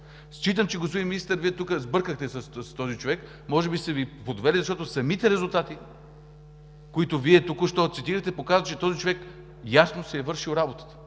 Считам, господин Министър, че тук сбъркахте с този човек. Може би са Ви подвели, защото самите резултати, които Вие току-що цитирахте, показват, че той явно си е вършил работата.